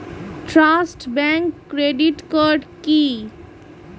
Trust bank credit card কি?